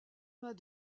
mains